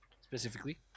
specifically